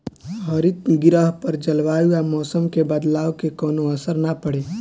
हरितगृह पर जलवायु आ मौसम के बदलाव के कवनो असर ना पड़े